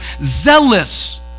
zealous